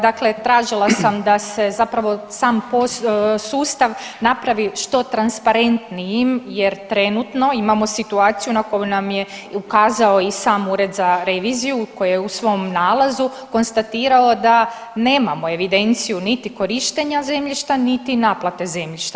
Dakle tražila sam da se zapravo sam sustav napravi što transparentnijim jer trenutno imamo situaciju na koju nam je ukazao i sam Ured za reviziju koji je u svom nalazu konstatirao da nemamo evidenciju niti korištenja zemljišta niti naplate zemljišta.